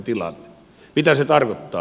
mitä se tarkoittaa